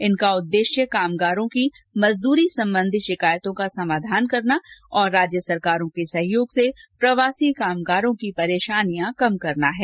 इनका उद्देश्य कामगारो की मजदूरी संबंधी शिकायतों का समाधान करना और राज्य सरकारों के सहयोग से प्रवासी कामगारों की परेशानियां कम करना है